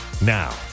now